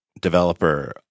developer